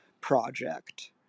Project